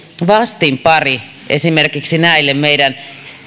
vastinpari esimerkiksi näille meidän